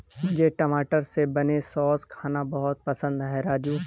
मुझे टमाटर से बने सॉस खाना बहुत पसंद है राजू